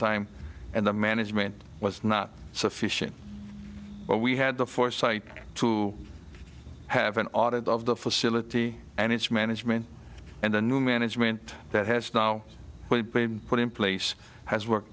time and the management was not sufficient but we had the foresight to have an audit of the facility and its management and the new management that has now been put in place has worked